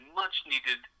much-needed